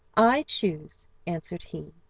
i choose answered he,